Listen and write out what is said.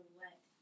let